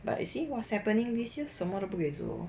but you see what's happening this year 什么都不可以做